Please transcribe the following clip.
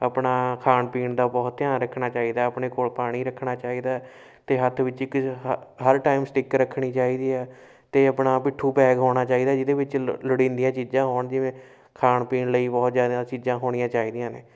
ਆਪਣਾ ਖਾਣ ਪੀਣ ਦਾ ਬਹੁਤ ਧਿਆਨ ਰੱਖਣਾ ਚਾਹੀਦਾ ਆਪਣੇ ਕੋਲ ਪਾਣੀ ਰੱਖਣਾ ਚਾਹੀਦਾ ਅਤੇ ਹੱਥ ਵਿੱਚ ਇੱਕ ਹਰ ਟਾਈਮ ਸਟਿੱਕ ਰੱਖਣੀ ਚਾਹੀਦੀ ਹੈ ਅਤੇ ਆਪਣਾ ਪਿੱਠੂ ਬੈਗ ਹੋਣਾ ਚਾਹੀਦਾ ਜਿਹਦੇ ਵਿੱਚ ਲੋੜੀਂਦੀਆਂ ਚੀਜ਼ਾਂ ਹੋਣ ਜਿਵੇਂ ਖਾਣ ਪੀਣ ਲਈ ਬਹੁਤ ਜ਼ਿਆਦਾ ਚੀਜ਼ਾਂ ਹੋਣੀਆਂ ਚਾਹੀਦੀਆਂ ਨੇ